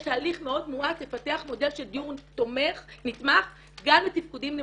יש תהליך מאוד מואץ לפתח מודל של דיור נתמך גם לתפקודים נמוכים.